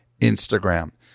Instagram